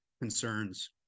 concerns